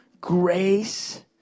Grace